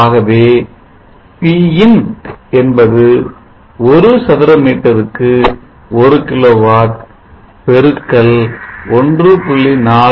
ஆகவே Pin என்பது ஒரு சதுர மீட்டருக்கு ஒரு கிலோவாட் x 1